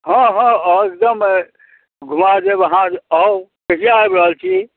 हँ हँ आउ एकदम आइ घुमा देब अहाँ आउ कहिआ आबि रहल छी